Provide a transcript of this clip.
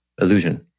illusion